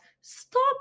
stop